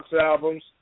albums